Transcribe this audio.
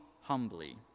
humbly